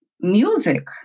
Music